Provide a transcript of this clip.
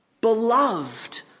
Beloved